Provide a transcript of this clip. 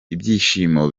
ibyishimo